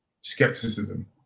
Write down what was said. skepticism